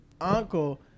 uncle